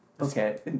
Okay